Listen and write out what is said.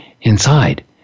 inside